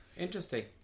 Interesting